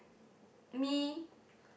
me